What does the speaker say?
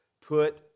put